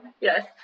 Yes